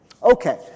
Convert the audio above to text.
Okay